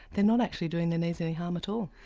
they are not actually doing their knees any harm at all?